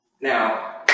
Now